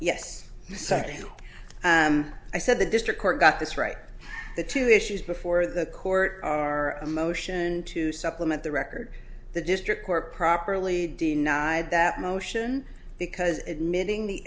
something i said the district court got this right the two issues before the court are a motion to supplement the record the district court properly denied that motion because admitting the